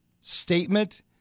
statement